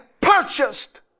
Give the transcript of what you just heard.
purchased